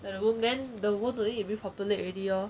the room then the world today it will populate already lor